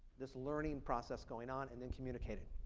this learning process going on and then communicating.